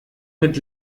mit